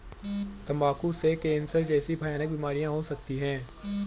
तंबाकू से कैंसर जैसी भयानक बीमारियां हो सकती है